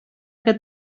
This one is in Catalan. que